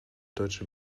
deutsche